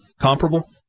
comparable